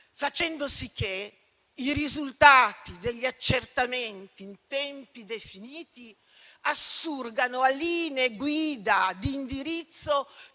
facendo sì che i risultati degli accertamenti in tempi definiti assurgano a linee guida di indirizzo